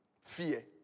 Fear